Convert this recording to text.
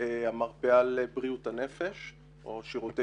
והשני המרפאה לבריאות הנפש או שירותי